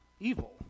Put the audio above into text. evil